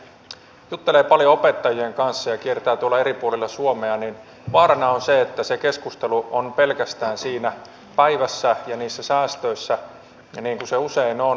kun juttelee paljon opettajien kanssa ja kiertää tuolla eri puolilla suomea niin vaarana on se että se keskustelu on pelkästään siinä päivässä ja niissä säästöissä niin kuin se usein on